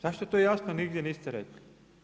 Zašto to jasno nigdje niste rekli?